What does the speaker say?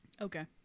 Okay